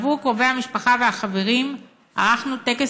בעבור קרובי המשפחה והחברים ערכנו טקס